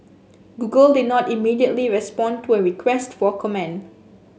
google did not immediately respond to a request for comment